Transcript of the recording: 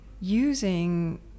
using